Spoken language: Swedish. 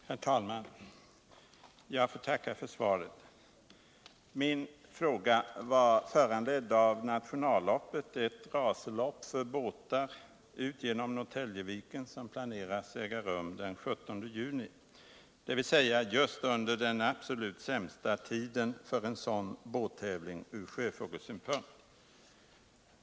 Herr talman! Jag får tacka för svaret. Min fråga var föranledd av Nationalloppet, ett racerlopp för båtar ut genom Norrtäljeviken, som planeras äga rum den 17 juni, dvs. just under den absolut sämsta tiden för en sådan båttävling ur sjöfågelssynpunkt.